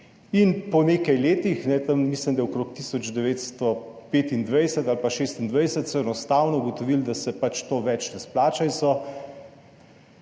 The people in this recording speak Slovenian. In po nekaj letih, mislim, da okrog 1925 ali 1926, so enostavno ugotovili, da se pač to več ne izplača in so